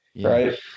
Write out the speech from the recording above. Right